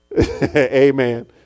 amen